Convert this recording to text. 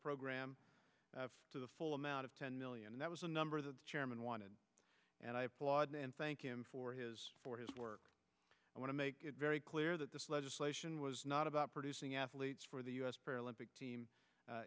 program to the full amount of ten million and that was a number that chairman wanted and i applaud and thank him for his for his work i want to make it very clear that this legislation was not about producing athletes for the u s paralympic team